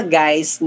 guys